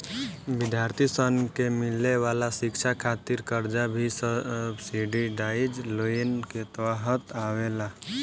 विद्यार्थी सन के मिले वाला शिक्षा खातिर कर्जा भी सब्सिडाइज्ड लोन के तहत आवेला